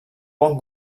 bon